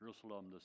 Jerusalem